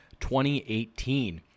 2018